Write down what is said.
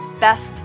best